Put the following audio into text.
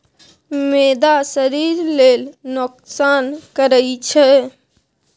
मैदा शरीर लेल नोकसान करइ छै